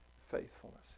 faithfulness